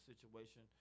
situation